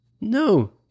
No